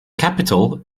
capital